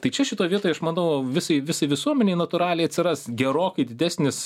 tai čia šitoj vietoj aš manau visai visai visuomenei natūraliai atsiras gerokai didesnis